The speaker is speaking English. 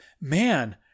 man